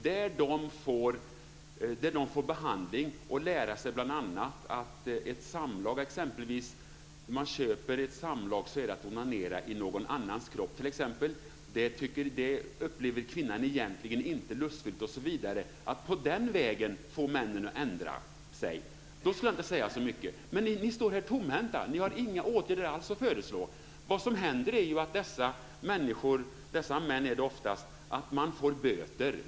Där får de behandling och de får bl.a. lära sig att om man köper ett samlag är det som att onanera i någon annans kropp. Det upplever kvinnan egentligen inte lustfyllt, osv. Men ni står här tomhänta. Ni har inga åtgärder alls att föreslå. Vad som händer är att dessa män får böter.